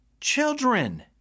children